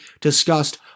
discussed